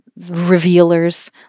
revealers